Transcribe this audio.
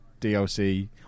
DLC